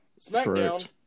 SmackDown